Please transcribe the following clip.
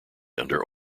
under